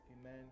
Amen